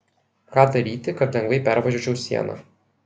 ką daryti kad lengvai pervažiuočiau sieną